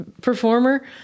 performer